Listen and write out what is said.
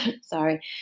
sorry